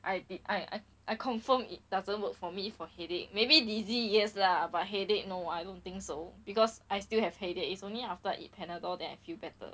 I did I I I confirm it doesn't work for me for headache maybe dizzy yes lah but headache you know I don't think so because I still have headache is only after eat panadol then I feel better